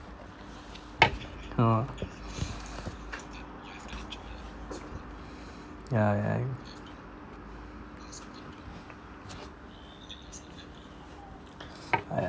how ah ya ya I'm